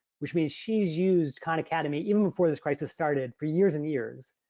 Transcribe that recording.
which means she's used khan academy even before this crisis started for years and years.